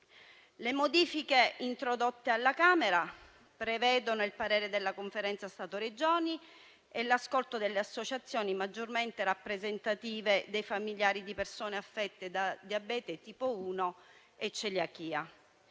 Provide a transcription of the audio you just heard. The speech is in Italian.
Le modifiche introdotte alla Camera prevedono il parere della Conferenza Stato-Regioni e l'ascolto delle associazioni maggiormente rappresentative dei familiari di persone affette da diabete di tipo 1 e celiachia.